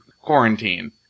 quarantine